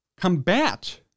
combat